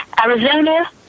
Arizona